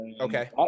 Okay